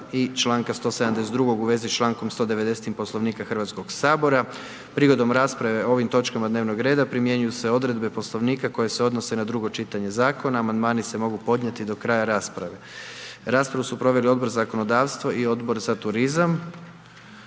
i članka 172. u vezi s člankom 190. Poslovnika Hrvatskog sabora. Prigodom rasprave o ovoj točci dnevnog reda, primjenjuju se odredbe poslovnika, koje se odnose na drugo čitanje zakona. Amandmani se mogu podnijeti do kraja rasprave. Raspravu su proveli Odbor za zakonodavstvo i Odbor za turizam.